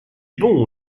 bon